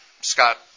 Scott